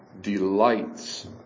delights